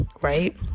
right